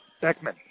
Beckman